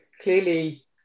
clearly